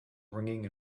ringing